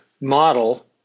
model